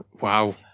Wow